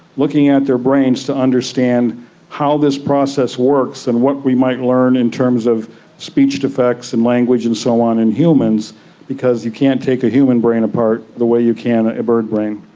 looking at their brains to understand how this process works and what we might learn in terms of speech defects and language and so on in humans because you can't take a human brain apart the way you can a bird brain.